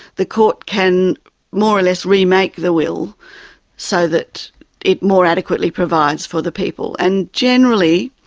the court can more or less remake the will so that it more adequately provides for the people, and generally,